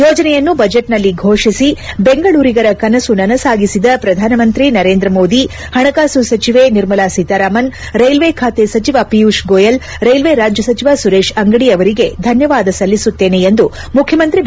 ಯೋಜನೆಯನ್ನು ಬಜೆಟ್ನಲ್ಲಿ ಫೋಷಿಸಿ ಬೆಂಗಳೂರಿಗರ ಕನಸು ನನಸಾಗಿಸಿದ ಪ್ರಧಾನಿ ನರೇಂದ್ರ ಮೋದಿ ಪಣಕಾಸು ಸಚಿವೆ ನಿರ್ಮಲಾ ಸೀತಾರಾಮನ್ ರೈಲ್ವೆ ಖಾತೆ ಸಚವ ಪಿಯೂಷ್ ಗೋಯಲ್ ರೈಲ್ವೆ ರಾಜ್ಯ ಸಚಿವ ಸುರೇಶ್ ಅಂಗಡಿ ಅವರಿಗೆ ಧನ್ವವಾದ ಸಲ್ಲಿಸುತ್ತೇನೆ ಎಂದು ಮುಖ್ಯಮಂತ್ರಿ ಬಿ